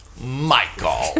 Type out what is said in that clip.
Michael